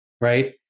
Right